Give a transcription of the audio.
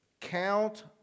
count